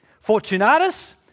Fortunatus